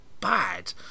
bad